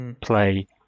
play